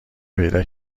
پیدا